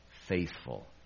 faithful